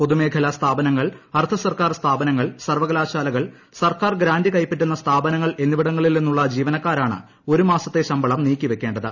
പൊതുമേഖലാ സ്ഥാപനങ്ങൾ അർദ്ധസർക്കാർ സ്ഥാപനങ്ങൾ സർവകലാശാലകൾ സർക്കാർ ഗ്രാന്റ് കൈപ്പറ്റുന്ന സ്ഥാപനങ്ങൾ എന്നിവിടങ്ങളിൽ നിന്നുള്ള ജീവനക്കാരാണ് ഒരു മാസത്തെ ശമ്പളം നീക്കിവയ്ക്കേണ്ടത്